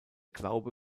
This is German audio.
glaube